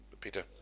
Peter